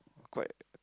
correct